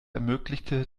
ermöglichte